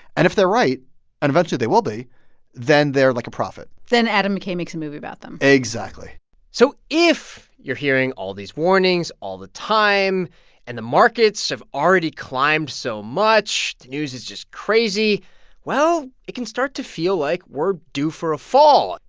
and if they're right and eventually, they will be then they're, like, a prophet then adam mckay makes a movie about them exactly so if you're hearing all these warnings all the time and the markets have already climbed so much, the news is just crazy well, it can start to feel like we're due for a fall.